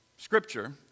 Scripture